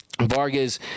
Vargas